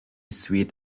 sweet